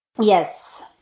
Yes